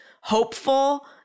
hopeful